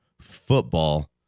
football